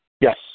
Yes